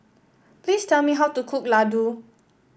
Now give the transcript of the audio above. please tell me how to cook Ladoo